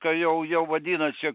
kai jau jau vadinas čia